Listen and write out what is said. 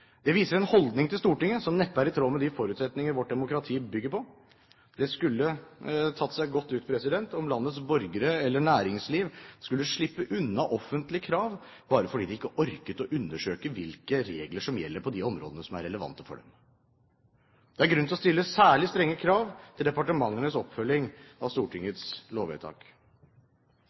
Det viser en holdning til Stortinget som neppe er i tråd med de forutsetninger vårt demokrati bygger på. Det skulle tatt seg godt ut om landets borgere eller næringsliv skulle slippe unna offentlige krav bare fordi de ikke orket å undersøke hvilke regler som gjelder på de områdene som er relevante for dem. Det er grunn til å stille særlig strenge krav til departementenes oppfølging av Stortingets lovvedtak.